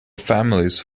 families